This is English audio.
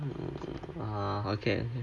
(uh huh) okay